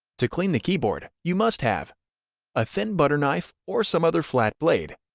to clean the keyboard, you must have a thin butter knife or some other flat blade,